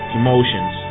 emotions